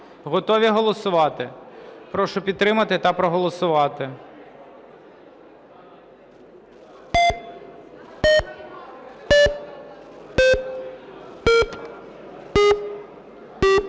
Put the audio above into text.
Готові голосувати? Прошу підтримати та проголосувати.